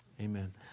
amen